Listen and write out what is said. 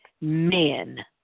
men